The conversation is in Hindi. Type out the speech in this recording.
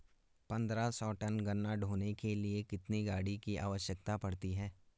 पन्द्रह सौ टन गन्ना ढोने के लिए कितनी गाड़ी की आवश्यकता पड़ती है?